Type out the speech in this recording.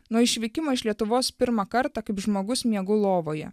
nuo išvykimo iš lietuvos pirmą kartą kaip žmogus miegu lovoje